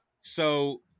So-